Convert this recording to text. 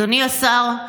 אדוני השר,